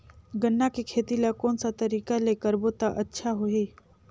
गन्ना के खेती ला कोन सा तरीका ले करबो त अच्छा होही?